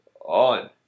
on